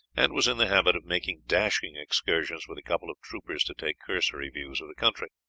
and was in the habit of making dashing excursions with a couple of troopers to take cursory views of the country.